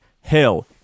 hill